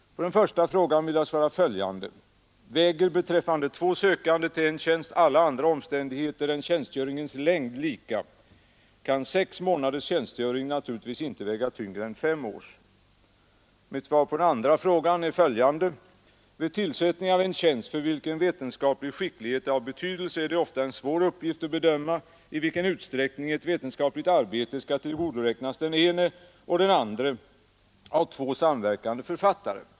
På den första frågan vill jag svara följande: Väger beträffande två sökande till en tjänst alla andra omständigheter än tjänstgöringens längd lika, kan sex månaders tjänstgöring naturligtvis inte väga tyngre än fem års. Mitt svar på den andra frågan är följande: Vid tillsättning av en tjänst, för vilken vetenskaplig skicklighet är av betydelse, är det ofta en svår uppgift att bedöma i vilken utsträckning ett vetenskapligt arbete skall tillgodoräknas den ene och den andre av två samverkande författare.